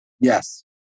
Yes